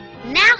Now